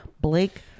Blake